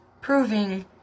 proving